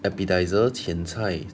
appetiser 甜菜